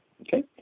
Okay